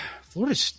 Florida